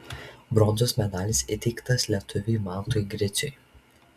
bronzos medalis įteiktas lietuviui mantui griciui